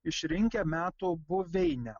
išrinkę metų buveinę